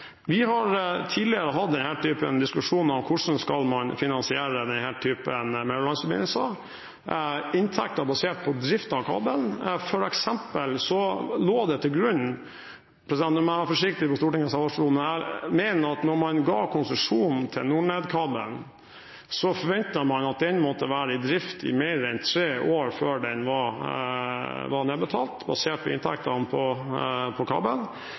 Vi har tidligere hatt denne typen diskusjoner om hvordan man skal finansiere denne typen mellomlandsforbindelser. Når det gjelder inntekter basert på driften av kabelen – nå må jeg være forsiktig fra Stortingets talerstol – mener jeg at da man ga konsesjon til NorNed-kabelen, forventet man at den måtte være i drift i mer enn tre år før den var nedbetalt, basert på inntektene på